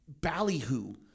ballyhoo